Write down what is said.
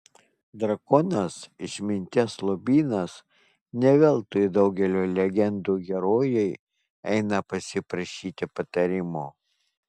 drakonas išminties lobynas ne veltui daugelio legendų herojai eina pas jį prašyti patarimo